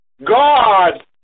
God